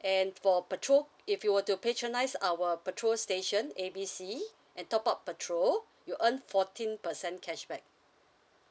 and for petrol if you were to patronise our petrol station A B C and top up petrol you earn fourteen percent cashback